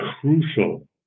crucial